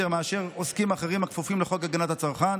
מאשר עוסקים אחרים הכפופים לחוק הגנת הצרכן,